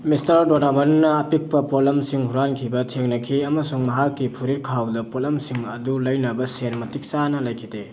mister ꯗꯣꯅꯥꯕꯟꯅ ꯑꯄꯤꯛꯄ ꯄꯣꯠꯂꯝꯁꯤꯡ ꯍꯨꯔꯥꯟꯈꯤꯕ ꯊꯦꯡꯅꯈꯤ ꯑꯃꯁꯨꯡ ꯃꯍꯥꯛꯀꯤ ꯐꯨꯔꯤꯠꯈꯥꯎꯗ ꯄꯣꯠꯂꯝꯁꯤꯡ ꯑꯗꯨ ꯂꯩꯅꯕ ꯁꯦꯜ ꯃꯇꯤꯛ ꯆꯥꯅ ꯂꯩꯈꯤꯗꯦ